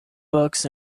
books